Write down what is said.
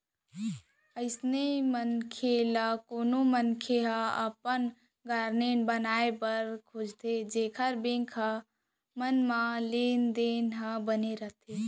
अइसन मनसे ल कोनो मनसे ह अपन लोन गारेंटर बनाए बर खोजथे जेखर बेंक मन म लेन देन ह बने राहय